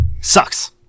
sucks